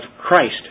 Christ